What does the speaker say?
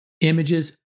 images